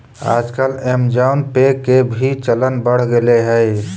आजकल ऐमज़ान पे के भी चलन बढ़ गेले हइ